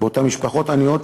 באותן משפחות עניות,